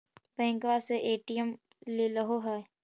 बैंकवा से ए.टी.एम लेलहो है?